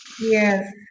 yes